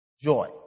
joy